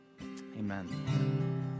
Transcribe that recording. Amen